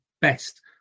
best